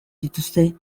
dituzte